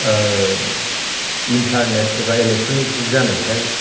internet एबा electronic जुग जानायखाय